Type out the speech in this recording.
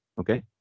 Okay